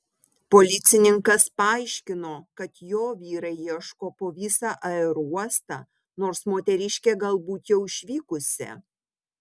policininkas paaiškino kad jo vyrai ieško po visą aerouostą nors moteriškė galbūt jau išvykusi